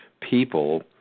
people